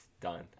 done